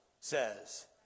says